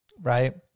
right